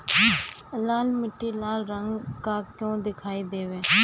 लाल मीट्टी लाल रंग का क्यो दीखाई देबे?